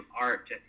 art